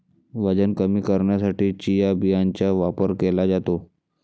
वजन कमी करण्यासाठी चिया बियांचा वापर केला जातो